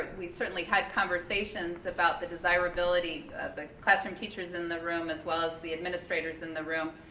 we certainly had conversations about the desirability of the classroom teachers in the room as well as the administrators in the room.